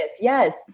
yes